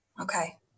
Okay